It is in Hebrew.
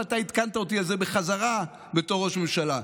ואתה עדכנת אותי על זה בחזרה בתור ראש ממשלה,